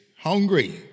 hungry